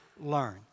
learn